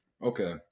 Okay